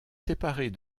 séparée